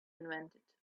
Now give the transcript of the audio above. invented